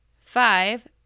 Five